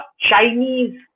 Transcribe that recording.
Chinese